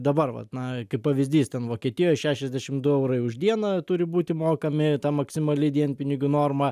dabar vat na kaip pavyzdys ten vokietijoj šešiasdešim du eurai už dieną turi būti mokami ta maksimali dienpinigių norma